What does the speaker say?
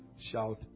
shout